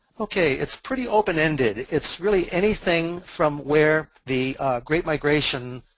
okay, it's pretty open-ended. it's really anything from where the great migration